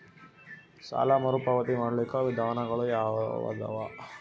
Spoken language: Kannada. ಸಾಲ ಮರುಪಾವತಿ ಮಾಡ್ಲಿಕ್ಕ ವಿಧಾನಗಳು ಯಾವದವಾ?